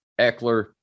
Eckler